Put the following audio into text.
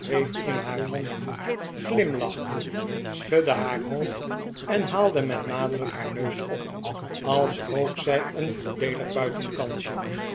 in haar handen glimlachte schudde haar hoofd en haalde met nadruk haar neus op als rook zij een voordeelig buitenkansje